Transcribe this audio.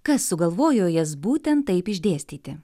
kas sugalvojo jas būtent taip išdėstyti